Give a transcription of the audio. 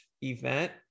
event